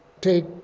take